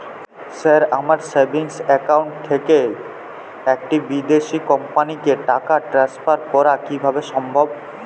Sir আমার savings account থেকে একটি বিদেশি কোম্পানিকে টাকা ট্রান্সফার করা কীভাবে সম্ভব?